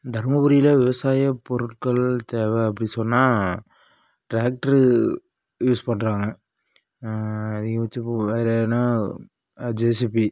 தர்மபுரியில் விவசாயப் பொருட்கள் தேவை அப்படி சொன்னால் டிராக்ட்ரு யூஸ் பண்ணுறாங்க அதிகபட்சமாக வேறுன்னா ஜேசிபி